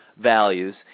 values